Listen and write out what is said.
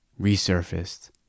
resurfaced